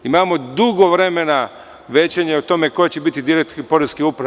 Imamo dugo vremena većanja o tome ko će biti direktor poreske uprave.